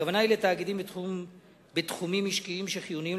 הכוונה היא לתאגידים בתחומים משקיים שחיוניים,